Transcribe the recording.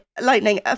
lightning